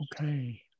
Okay